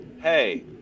hey